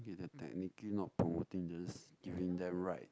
they're technically not promoting this giving their right